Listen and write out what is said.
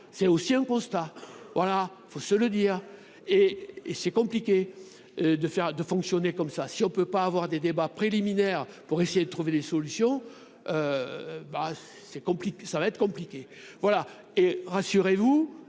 c'est aussi un constat : voilà, il faut se le dire, et c'est compliqué de faire de fonctionner comme ça, si on ne peut pas avoir des débats préliminaires pour essayer de trouver des solutions, bah c'est compliqué, ça va être compliqué, voilà et rassurez-vous,